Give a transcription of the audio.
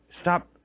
stop